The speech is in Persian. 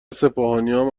سپاهیانم